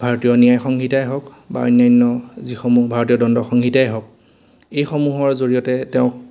ভাৰতীয় ন্যায় সংহিতাই হওক বা অন্যান্য যিসমূহ ভাৰতীয় দ্বণ্ড সংহিতাই হওক এইসমূহৰ জৰিয়তে তেওঁক